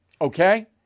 Okay